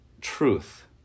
truth